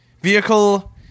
vehicle